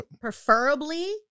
preferably